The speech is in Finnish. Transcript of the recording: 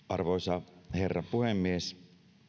arvoisa herra puhemies